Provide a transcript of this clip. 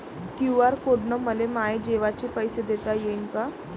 QR code न मले माये जेवाचे पैसे देता येईन का?